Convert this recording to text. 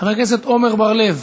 חבר הכנסת עמר בר-לב,